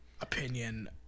opinion